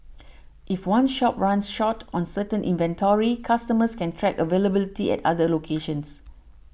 if one shop runs short on certain inventory customers can track availability at other locations